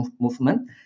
movement